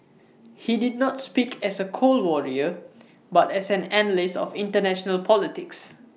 he did not speak as A cold Warrior but as an analyst of International politics